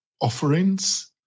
offerings